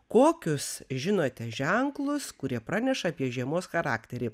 kokius žinote ženklus kurie praneša apie žiemos charakterį